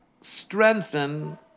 strengthen